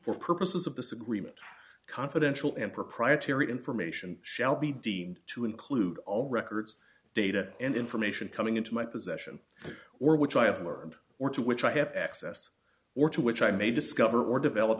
for purposes of this agreement confidential and proprietary information shall be deemed to include all records data and information coming into my possession or which i have heard or to which i have access or to which i may discover or develop